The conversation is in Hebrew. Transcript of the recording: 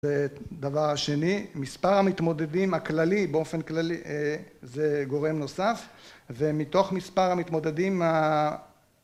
דבר שני, מספר המתמודדים הכללי באופן כללי זה גורם נוסף ומתוך מספר המתמודדים ה...